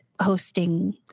hosting